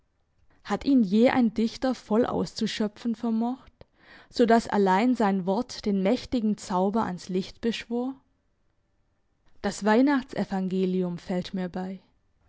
hat ihn je ein dichter voll auszuschöpfen vermocht so dass allein sein wort den mächtigen zauber ans licht beschwor das weihnachtsevangelium fällt mir bei